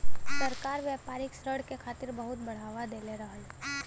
सरकार व्यापारिक ऋण के खातिर बहुत बढ़ावा दे रहल हौ